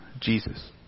Jesus